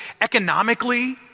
Economically